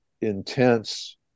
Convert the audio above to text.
intense